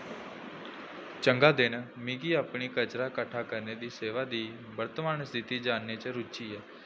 चंगा दिन मिगी अपनी कचरा कट्ठा करने दी सेवा दी वर्तमान स्थिति जानने च रुचि ऐ